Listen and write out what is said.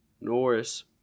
Norris